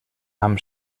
amb